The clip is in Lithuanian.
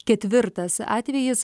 ketvirtas atvejis